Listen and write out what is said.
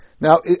Now